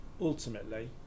Ultimately